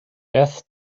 death